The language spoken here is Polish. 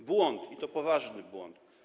To błąd i to poważny błąd.